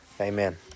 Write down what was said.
Amen